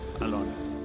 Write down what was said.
alone